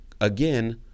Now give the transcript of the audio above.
again